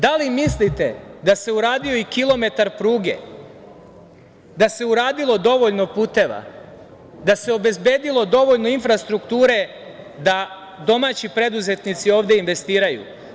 Da li mislite da se uradio i kilometar pruge, da se uradilo dovoljno puteva, da se obezbedilo dovoljno infrastrukture da domaći preduzetnici ovde investiraju?